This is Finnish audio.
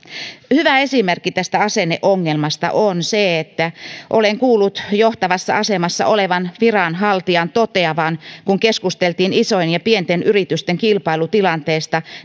hyvä esimerkki tästä asenneongelmasta on se että olen kuullut johtavassa asemassa olevan viranhaltijan toteavan kun keskusteltiin isojen ja pienten yritysten kilpailutilanteesta